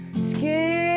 skin